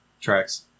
Tracks